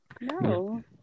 No